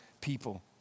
people